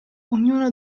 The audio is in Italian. ognuno